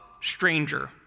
stranger